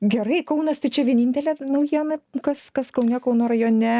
gerai kaunas tai čia vienintelė naujiena kas kas kaune kauno rajone